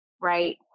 right